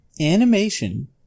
Animation